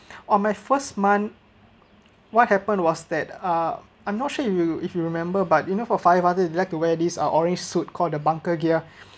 on my first month what happened was that uh I'm not sure if you if you remember but you know for fire fighter wear these are orange suit called the bunker gear